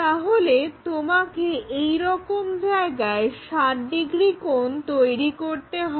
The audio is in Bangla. তাহলে তোমাকে এইরকম জায়গায় 60 ডিগ্রি কোণ তৈরি করতে হবে